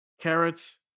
carrots